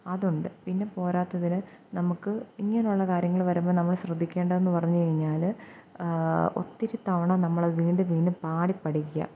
അതുണ്ട് പിന്നെ പോരാത്തതിന് നമുക്ക് ഇങ്ങനുള്ള കാര്യങ്ങള് വരുമ്പോള് നമ്മള് ശ്രദ്ധിക്കേണ്ടതെന്ന് പറഞ്ഞുകഴിഞ്ഞാല് ഒത്തിരി തവണ നമ്മള് വീണ്ടും വീണ്ടും പാടി പഠിക്കുക